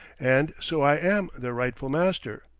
and so i am their rightful master,